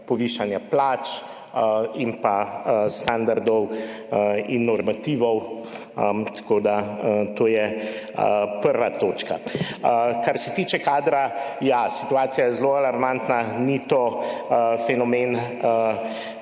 povišanja plač, standardov in normativov. To je 1. točka. Kar se tiče kadra. Ja, situacija je zelo alarmantna, ni to fenomen,